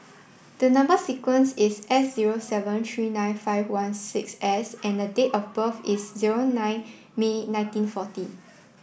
the number sequence is S zero seven three nine five one six S and date of birth is zero nine May nineteen forty